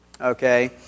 okay